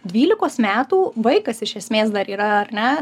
dvylikos metų vaikas iš esmės dar yra ne